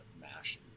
mash